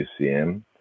UCM